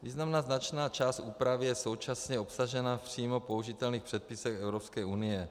Významná značná část úpravy je současně obsažena v přímo použitelných předpisech Evropské unie.